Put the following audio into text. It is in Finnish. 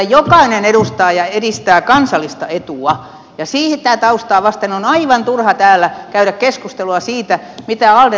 siellä jokainen edustaja edistää kansallista etua ja sitä taustaa vasten on aivan turha täällä käydä keskustelua siitä mitä alde tekee maataloustuelle